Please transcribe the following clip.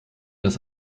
das